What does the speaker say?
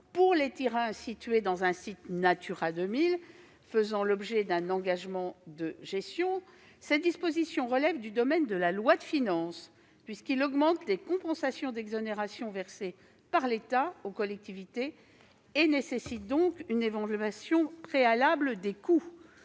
pour les terrains situés dans un site Natura 2000 faisant l'objet d'un engagement de gestion. Cette disposition relève du domaine de la loi de finances, puisqu'elle augmente les compensations d'exonérations versées par l'État aux collectivités. En outre, elle nécessite une évaluation préalable de son coût.